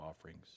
offerings